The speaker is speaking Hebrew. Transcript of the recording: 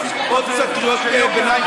עוד קצת קריאות ביניים,